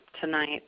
tonight